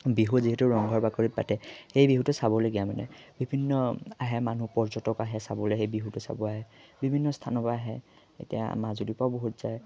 বিহু যিহেতু ৰংঘৰ বাকৰিত পাতে সেই বিহুটো চাবলগীয়া মানে বিভিন্ন আহে মানুহ পৰ্যটক আহে চাবলৈ সেই বিহুটো চাব আহে বিভিন্ন স্থানৰ পৰা আহে এতিয়া মাজুলীৰ পৰাও বহুত যায়